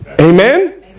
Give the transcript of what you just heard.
Amen